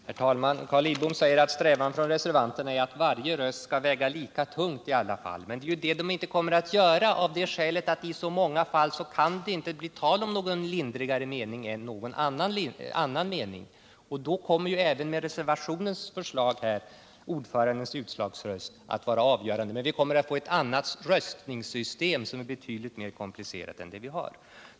Herr talman! Carl Lidbom säger att det är reservanternas strävan att alla röster skall väga lika tungt i alla fall. Men det kommer de ju inte att göra, av det skälet att i många fall kan det inte bli tal om någon lindrigare mening än någon annan mening, och då kommer ju även med reservationens förslag ordförandens utslagsröst att vara avgörande. Men vi kommer att få ett annat röstningssystem, som är betydligt mera komplicerat än det vi har.